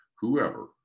whoever